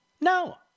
No